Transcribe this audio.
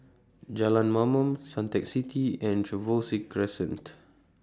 Jalan Mamam Suntec City and Trevose Crescent